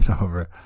over